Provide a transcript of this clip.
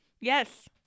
Yes